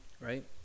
right